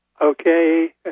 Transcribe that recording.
Okay